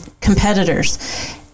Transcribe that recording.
competitors